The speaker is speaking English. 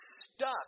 stuck